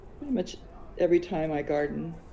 pretty much every time i garden,